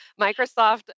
Microsoft